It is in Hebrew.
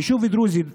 יישוב דרוזי חדש,